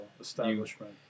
establishment